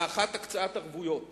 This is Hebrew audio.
האחת, הקצאת ערבויות